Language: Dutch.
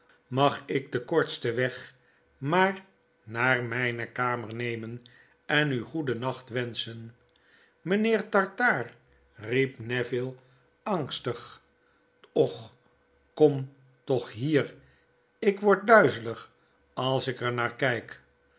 mag ik den kortsten weg maar naar mgne kamer nemen en u goedennachtwenschen mpheer tartaar riep neville angstig och kom toch hier ik word duizelig als ik er naar kyk